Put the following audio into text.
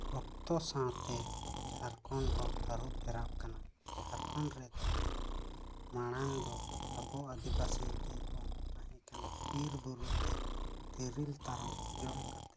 ᱚᱠᱛᱚ ᱥᱟᱶᱛᱮ ᱡᱷᱟᱲᱠᱷᱚᱸᱰ ᱦᱚᱸ ᱟᱹᱨᱩ ᱯᱷᱮᱨᱟᱜ ᱠᱟᱱᱟ ᱡᱷᱟᱲᱠᱷᱚᱸᱰ ᱨᱮᱫᱚ ᱢᱟᱲᱟᱝ ᱫᱚ ᱟᱵᱚ ᱟᱹᱫᱤᱵᱟᱹᱥᱤ ᱜᱮ ᱵᱚᱱ ᱛᱟᱦᱮᱸ ᱠᱟᱱᱟ ᱵᱤᱨ ᱵᱩᱨᱩ ᱨᱮ ᱛᱤᱨᱤᱞ ᱛᱟᱨᱚᱵ ᱡᱚᱢ ᱠᱟᱛᱮᱫ